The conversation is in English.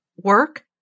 work